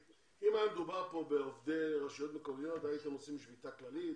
אם היה מדובר כאן בעובדי רשויות מקומיות הייתם עושים שביתה כללית